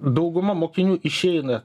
dauguma mokinių išeina